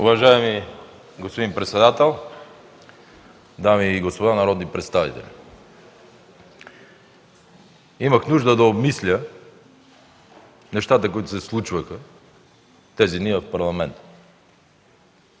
Уважаеми господин председател, дами и господа народни представители! Имах нужда да обмисля нещата, които се случваха тези дни в Парламента.